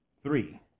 Three